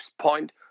point